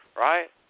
right